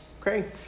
Okay